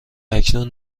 اکنون